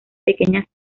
pequeñas